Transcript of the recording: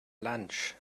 lunch